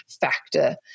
factor